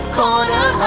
corner